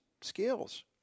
skills